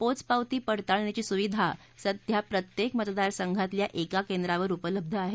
पोचपवती पडताळणीची सुविधा सध्या प्रत्येक मतदार संघातल्या एका केंद्रावर उपलब्ध आहे